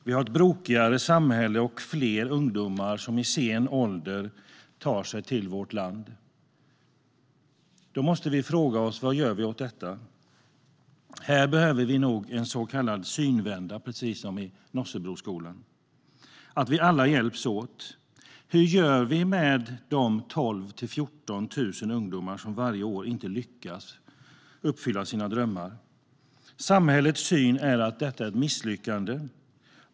Vi har ett brokigare samhälle och fler ungdomar som i sen ålder tar sig till vårt land. Vi måste fråga oss: Vad gör vi åt detta? Här behöver vi nog en så kallad synvända, precis som i Nossebroskolan. Det gäller att vi alla hjälps åt. Hur gör vi med de 12 000-14 000 ungdomar som varje år inte lyckas uppfylla sina drömmar? Samhällets syn är att detta är ett misslyckande.